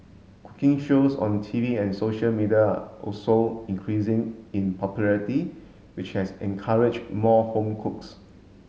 cooking shows on T V and social media are also increasing in popularity which has encouraged more home cooks